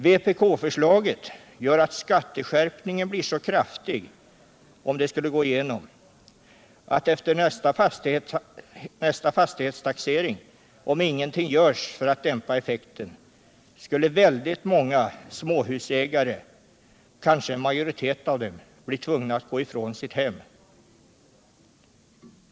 Vpk-förslaget innebär, om det skulle gå igenom, att skatteskärpningen blir så kraftig efter nästa fastighetstaxering att — om ingenting görs för att dämpa effekten — väldigt många småhusägare, kanske en majoritet av dem, blir tvungna att gå ifrån sitt hus.